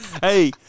Hey